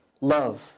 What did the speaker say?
love